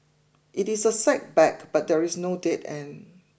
it is a setback but there is no dead end